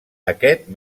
aquest